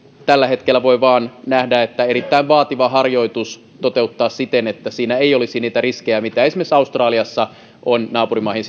tällä hetkellä voi nähdä vain että tämä on erittäin vaativa harjoitus toteuttaa siten että siinä ei olisi niitä riskejä mitä esimerkiksi australiassa on naapurimaihin